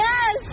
Yes